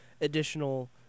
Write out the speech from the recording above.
additional